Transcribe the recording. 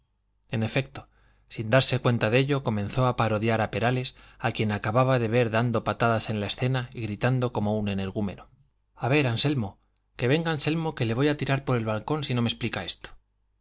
en efecto sin darse cuenta de ello comenzó a parodiar a perales a quien acababa de ver dando patadas en la escena y gritando como un energúmeno a ver anselmo que venga anselmo que le voy a tirar por el balcón si no me explica esto